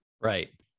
Right